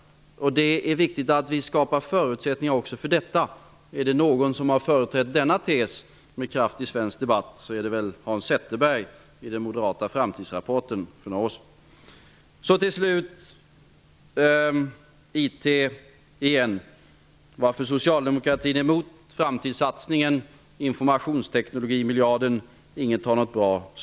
Det är viktigt att vi skapar förutsättningar även för detta. Är det någon som har företrätt denna tes med kraft i svensk debatt är det väl Hans Zetterberg i den moderata framtidsrapporten för några år sedan. Det finns inget bra svar på varför socialdemokratin är emot framtidssatsningen och informationsteknologimiljarden.